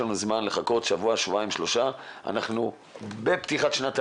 בקשות לזכאות לדרגה למעונות יום ומשפחתונים לשנה"ל תשפ"א